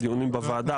דיונים בוועדה,